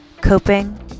coping